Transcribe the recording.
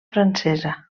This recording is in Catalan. francesa